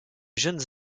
jeunes